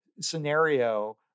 scenario